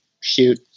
shoot